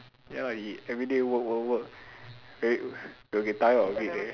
ya lah he everyday work work work will get will get tired of it eh